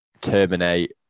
terminate